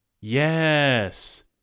Yes